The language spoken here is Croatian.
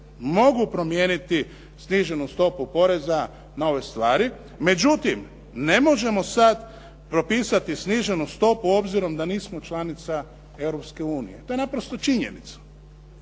mogu promijeniti sniženu stopu poreza na ove stvari, međutim ne možemo sad propisati sniženu stopu obzirom da nismo članica Europske unije. To je naprosto činjenica.